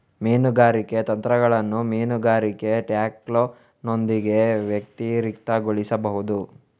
ಮೀನುಗಾರಿಕೆ ತಂತ್ರಗಳನ್ನು ಮೀನುಗಾರಿಕೆ ಟ್ಯಾಕ್ಲೋನೊಂದಿಗೆ ವ್ಯತಿರಿಕ್ತಗೊಳಿಸಬಹುದು